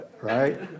right